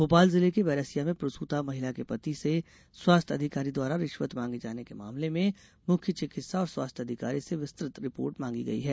भोपाल जिले के बैरसिया में प्रसूता महिला के पति से स्वास्थ्य अधिकारी द्वारा रिश्वत मांगे जाने के मामले में मुख्य चिकित्सा और स्वास्थ्य अधिकारी से विस्तृत रिपोर्ट मांगी गई है